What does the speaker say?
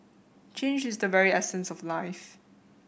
change is the very essence of life